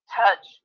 touch